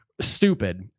Stupid